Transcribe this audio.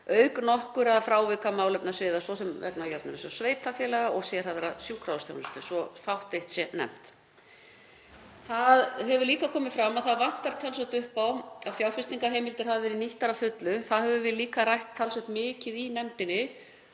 auk nokkurra frávika málefnasviða, svo sem vegna Jöfnunarsjóðs sveitarfélaga og sérhæfðrar sjúkrahúsþjónustu, svo fátt eitt sé nefnt. Það hefur líka komið fram að það vantar talsvert upp á að fjárfestingarheimildir hafi verið nýttar að fullu. Það höfum við líka rætt talsvert mikið í nefndinni,